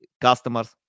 Customers